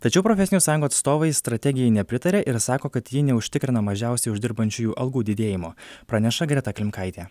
tačiau profesinių sąjungų atstovai strategijai nepritaria ir sako kad ji neužtikrina mažiausiai uždirbančiųjų algų didėjimo praneša greta klimkaitė